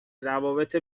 روابط